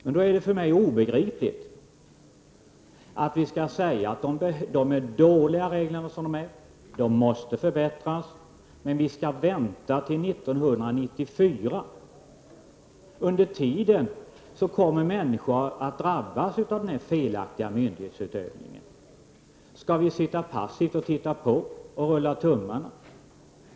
För mig är det då obegripligt att säga att reglerna är dåliga, att de måste förbättras men att vi skall vänta till 1994. Under tiden kommer människor att drabbas av denna felaktiga myndighetsutövning. Skall vi sitta passivt och titta på och rulla tummarna?